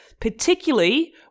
particularly